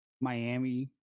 Miami